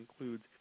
includes